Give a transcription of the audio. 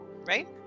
right